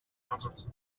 answered